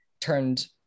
turned